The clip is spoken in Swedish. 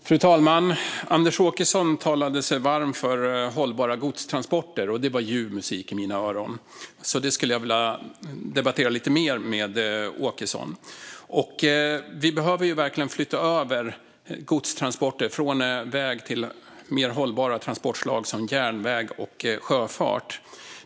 Fru talman! Anders Åkesson talade sig varm för hållbara godstransporter. Det var ljuv musik i mina öron, och det skulle jag vilja debattera lite mer med Åkesson. Vi behöver verkligen flytta över godstransporter från väg till mer hållbara transportslag, som järnväg och sjöfart.